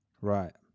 Right